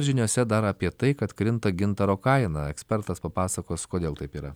žiniose dar apie tai kad krinta gintaro kaina ekspertas papasakos kodėl taip yra